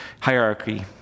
hierarchy